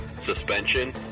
suspension